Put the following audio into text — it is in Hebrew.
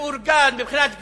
מאורגן מבחינת כבישים,